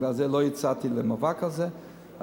בגלל זה לא יצאתי למאבק הזה עדיין,